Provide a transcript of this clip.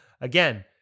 again